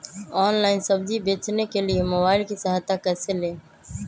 Online सब्जी बेचने के लिए मोबाईल की सहायता कैसे ले?